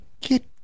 get